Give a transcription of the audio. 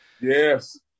Yes